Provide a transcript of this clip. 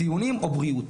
ציונים או בריאות.